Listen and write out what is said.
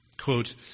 quote